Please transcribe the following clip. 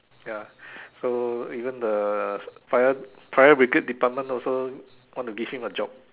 ya so even the fire fire brigade department also want to give him a job